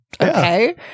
okay